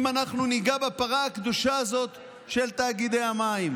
אם אנחנו ניגע בפרה הקדושה הזאת של תאגידי המים.